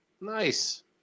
nice